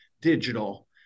digital